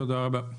תודה רבה.